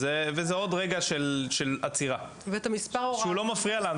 וזה עוד רגע של עצירה שהוא לא מפריע לנו.